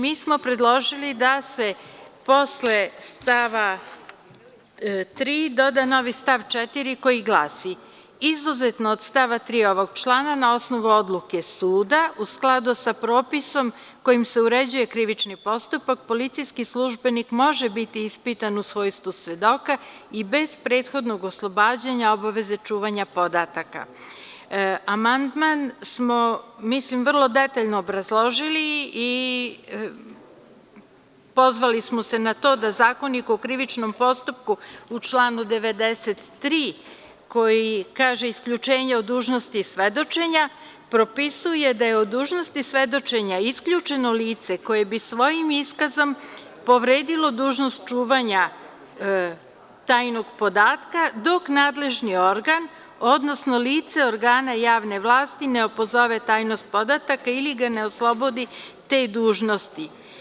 Mi smo predložili da se posle stava 3. doda novi stav 4. koji glasi: „Izuzetno od stava 3. ovog člana, na osnovu odluke suda, u skladu sa propisom kojim se uređuje krivični postupak, policijski službenik može biti ispitan u svojstvu svedoka i bez prethodnog oslobađanja obaveze čuvanja podataka.“ Amandman smo, mislim, vrlo detaljno obrazložili i pozvali smo se na to da Zakonik o krivičnom postupku u članu 93, koji kaže – isključenje od dužnosti svedočenja, propisuje da je od dužnosti svedočenja isključeno lice koje bi svojim iskazom povredilo dužnost čuvanja tajnog podatka, dok nadležni organ, odnosno lice organa javne vlasti ne opozove tajnost podataka ili ga ne oslobodi te dužnosti.